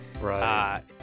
Right